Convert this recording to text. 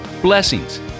Blessings